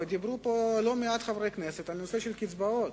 דיברו כאן לא מעט חברי כנסת על נושא הקצבאות.